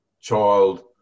child